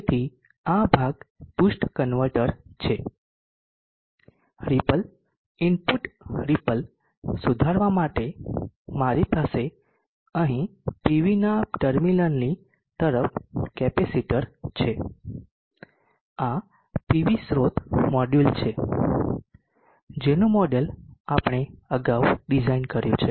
તેથી આ ભાગ બૂસ્ટ કન્વર્ટર છે રીપલ ઇનપુટ રીપલ સુધારવા માટે મારી પાસે અહીં પીવીના ટર્મિનલની તરફ કેપેસિટર છે આ પીવી સ્રોત મોડ્યુલ છે જેનું મોડેલ આપણે અગાઉ ડિઝાઇન કર્યું છે